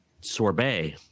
sorbet